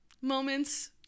moments